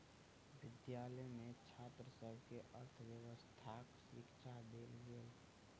विद्यालय में छात्र सभ के अर्थव्यवस्थाक शिक्षा देल गेल